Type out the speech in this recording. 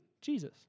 Jesus